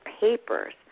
papers